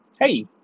Hey